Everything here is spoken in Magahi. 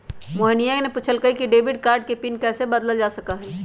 मोहिनीया ने पूछल कई कि डेबिट कार्ड के पिन कैसे बदल्ल जा सका हई?